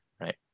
right